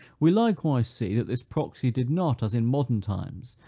we likewise see, that this proxy did not, as in modern times,